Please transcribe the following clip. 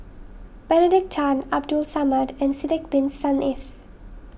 Benedict Tan Abdul Samad and Sidek Bin Saniff